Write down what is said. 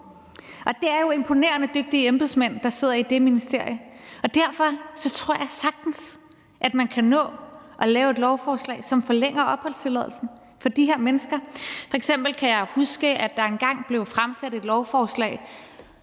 Der er jo nogle imponerende dygtige embedsmænd, der sidder i det ministerie, og derfor tror jeg sagtens, at man kan nå at lave et lovforslag, som forlænger opholdstilladelsen for de her mennesker. F.eks. kan jeg huske, at der engang blev fremsat et lovforslag